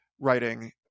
writing